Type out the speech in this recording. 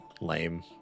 lame